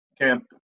Camp